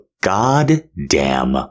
goddamn